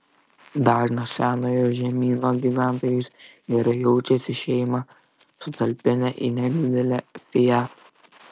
dažnas senojo žemyno gyventojas gerai jaučiasi šeimą sutalpinęs į nedidelį fiat